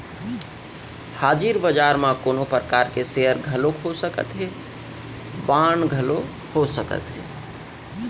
हाजिर बजार म कोनो परकार के सेयर घलोक हो सकत हे, बांड घलोक हो सकत हे